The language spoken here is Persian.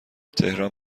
تهران